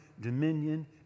dominion